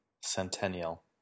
Centennial